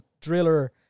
driller